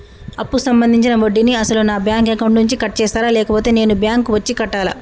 అప్పు సంబంధించిన వడ్డీని అసలు నా బ్యాంక్ అకౌంట్ నుంచి కట్ చేస్తారా లేకపోతే నేను బ్యాంకు వచ్చి కట్టాలా?